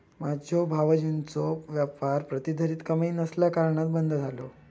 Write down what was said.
माझ्यो भावजींचो व्यापार प्रतिधरीत कमाई नसल्याकारणान बंद झालो